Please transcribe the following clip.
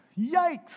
Yikes